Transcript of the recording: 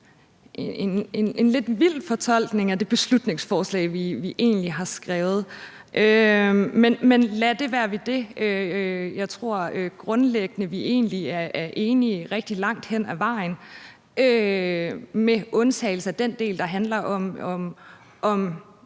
en lidt vild fortolkning af det beslutningsforslag, vi egentlig har skrevet, men lad det være ved det. Jeg tror grundlæggende, at vi egentlig er enige rigtig langt hen ad vejen med undtagelse af den del, der handler om